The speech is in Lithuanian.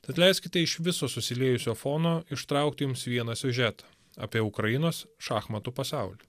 tad leiskite iš viso susiliejusio fono ištraukti jums vieną siužetą apie ukrainos šachmatų pasaulį